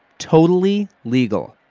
totally legal.